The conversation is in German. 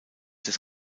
des